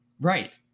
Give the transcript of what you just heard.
Right